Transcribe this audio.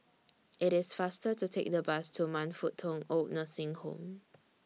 IT IS faster to Take The Bus to Man Fut Tong Oid Nursing Home